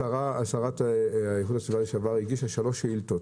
השרה להגנת הסביבה לשעבר גמליאל הגישה שלוש שאילות,